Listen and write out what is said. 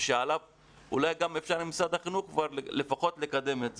ושאולי גם עם משרד החינוך לפחות לקדם את זה,